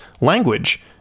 language